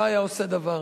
לא היה עושה דבר.